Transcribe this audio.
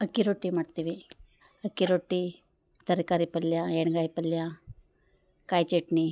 ಅಕ್ಕಿರೊಟ್ಟಿ ಮಾಡ್ತೀವಿ ಅಕ್ಕಿರೊಟ್ಟಿ ತರಕಾರಿ ಪಲ್ಯ ಎಣ್ಣೆಗಾಯಿ ಪಲ್ಯ ಕಾಯಿಚಟ್ನಿ